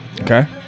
Okay